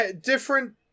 different